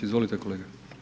Izvolite kolega.